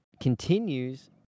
continues